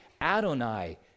Adonai